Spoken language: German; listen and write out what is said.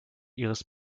ihres